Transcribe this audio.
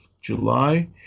July